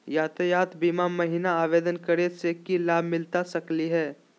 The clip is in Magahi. यातायात बीमा महिना आवेदन करै स की लाभ मिलता सकली हे?